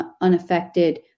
unaffected